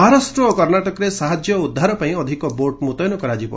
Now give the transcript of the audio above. ମହାରାଷ୍ଟ୍ର ଓ କର୍ଷାଟକରେ ସାହାଯ୍ୟ ଓ ଉଦ୍ଧାର ପାଇଁ ଅଧିକ ବୋଟ୍ ମୁତ୍ୟନ କରାଯିବ